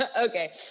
Okay